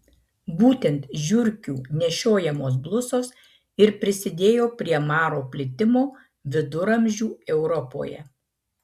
būtent žiurkių nešiojamos blusos ir prisidėjo prie maro plitimo viduramžių europoje